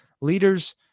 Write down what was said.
leaders